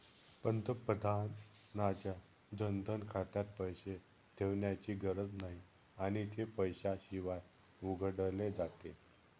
पंतप्रधानांच्या जनधन खात्यात पैसे ठेवण्याची गरज नाही आणि ते पैशाशिवाय उघडले जाते